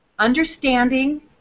understanding